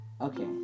Okay